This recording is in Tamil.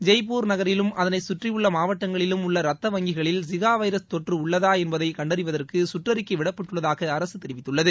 ஜெய்ப்பூர் நகரிலும் அதனை கற்றியுள்ள மாவட்டங்களிலும் உள்ள இரத்த வங்கிகளில் ஜிகா வைரஸ் தொற்று உள்ளதா என்பதை கண்டறிவதற்கு சுற்றறிக்கை விடப்பட்டுள்ளதாக அரசு தெரிவித்துள்ளது